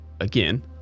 again